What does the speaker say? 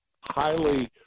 highly